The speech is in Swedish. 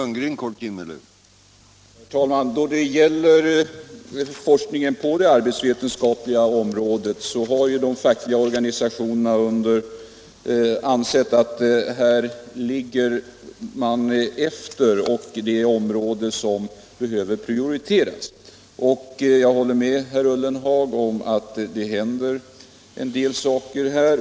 Herr talman! De fackliga organisationerna har ansett att forskningen på det arbetsvetenskapliga området ligger efter. Det är ett område som behöver prioriteras. Jag håller med herr Ullenhag om att det händer en del saker.